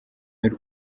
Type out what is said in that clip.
y’u